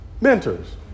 mentors